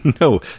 No